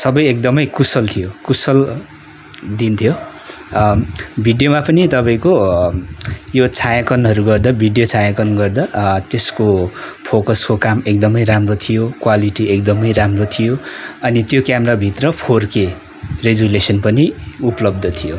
सबै एकदमै कुशल थियो कुशल दिन्थ्यो भिडियोमा पनि तपाईँको यो छायाङ्कनहरू गर्दा भिडियो छायाङ्कन गर्दा त्यसको फोकसको काम एकदमै राम्रो थियो क्वालिटी एकदमै राम्रो थियो अनि त्यो क्यामरा भित्र फोर के रेजुलेसन पनि उपलब्ध थियो